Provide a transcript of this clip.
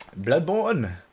Bloodborne